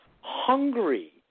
hungry